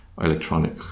electronic